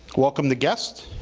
welcome the guest,